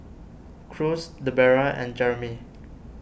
Cruz Debera and Jeremie